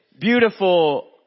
beautiful